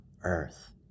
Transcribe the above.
earth